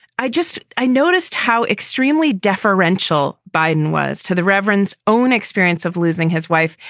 i just i noticed how extremely deferential biden was to the reverend's own experience of losing his wife.